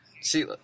See